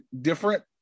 different